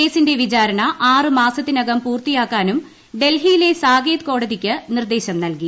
കേസിന്റെ വിചാരണ ആറ് മാസത്തിനകം പൂർത്തിയാക്കാനും ഡൽഹിയിലെ സാകേത് കോടതിക്ക് നിർദ്ദേശം നൽകി